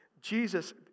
Jesus